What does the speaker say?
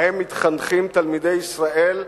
שבהם מתחנכים תלמידי ישראל,